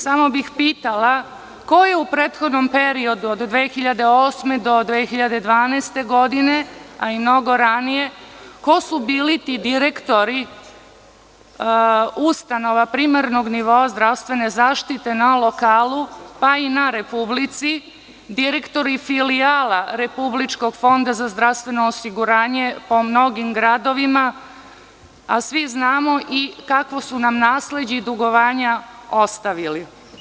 Samo bih pitala – ko su, u prethodnom periodu od 2008-2012. godine, a i mnogo ranije, bili ti direktori ustanova primarnog nivoa zdravstvene zaštite na lokalu, pa i na republici, direktori filijala Republičkog fonda za zdravstveno osiguranje po mnogim gradovima, a svi znamo kakva su nam nasleđa i dugovanja ostavili?